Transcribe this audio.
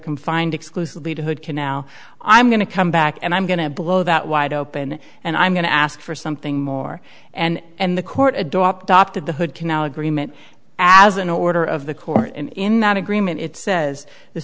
confined exclusively to hood can now i'm going to come back and i'm going to blow that wide open and i'm going to ask for something more and the court adopt opted the hood canal agreement as an order of the court and in that agreement it says th